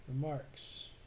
remarks